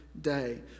day